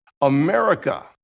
America